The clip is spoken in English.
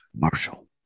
Marshall